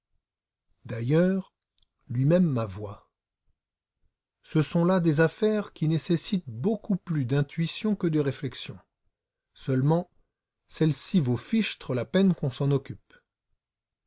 d'ailleurs lui-même m'avoua ce sont là des affaires qui nécessitent beaucoup plus d'intuition que de réflexion seulement celle-ci vaut fichtre la peine qu'on s'en occupe